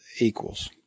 equals